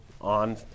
on